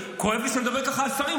כואב לי שאני מדבר ככה על שרים,